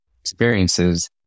experiences